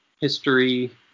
history